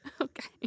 Okay